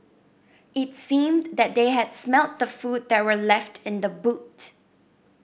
it seemed that they had smelt the food that were left in the boot